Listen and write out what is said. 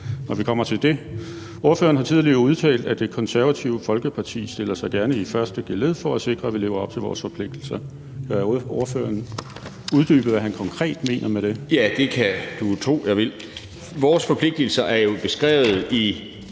når vi kommer til det. Ordføreren har tidligere udtalt, at Det Konservative Folkeparti gerne stiller sig i første geled for at sikre, at vi lever op til vores forpligtelser. Kan ordføreren uddybe, hvad han konkret mener med det? Kl. 14:10 Niels Flemming Hansen (KF): Ja, det kan du tro at jeg vil. Vores forpligtigelser er jo beskrevet i